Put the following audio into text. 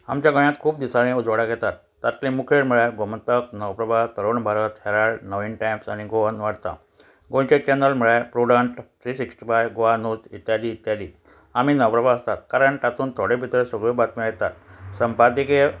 आमच्या गोंयांत खूब दिसाळी उजवाडाक येतात तातलें मुखेल म्हळ्यार गोमंतक नवप्रभा तरूण भारत हेराल्ड नवहिंद टायम्स आनी गोवन वार्ता गोंयचे चॅनल म्हळ्यार Prudent three sixty five Goa news इत्यादी इत्यादी आमी नवप्रभा आसात कारण तातून थोडे भितर सगळ्यो बातम्यो येतात संपादीकी